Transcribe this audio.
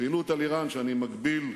פעילות על אירן, שאני מגביל,